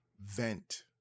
vent